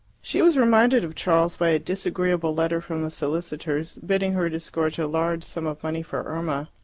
she was reminded of charles by a disagreeable letter from the solicitors, bidding her disgorge a large sum of money for irma,